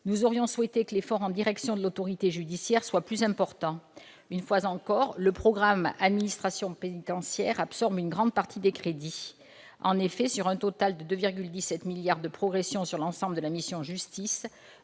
Nous aurions souhaité que l'effort en direction de l'autorité judiciaire soit plus important. Une fois encore, le programme « Administration pénitentiaire » absorbe une grande partie des crédits. En effet, sur un total de 2,17 milliards de progression de l'ensemble de la mission « Justice